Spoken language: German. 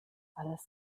alles